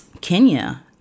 Kenya